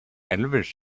elvis